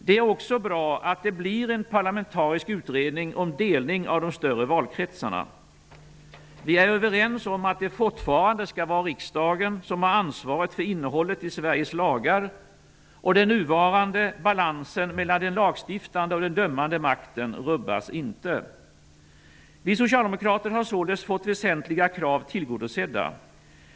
Det är också bra att det blir en parlamentarisk utredning om delning av de större valkretsarna. Vi är överens om att det fortfarande skall vara riksdagen som har ansvaret för innehållet i Sveriges lagar. Den nuvarande balansen mellan den lagstiftande och den dömande makten rubbas inte. Vi socialdemokrater har således fått väsentliga krav tillgodosedda.